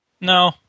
No